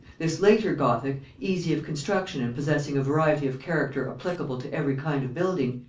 this later gothic, easy of construction and possessing a variety of character applicable to every kind of building,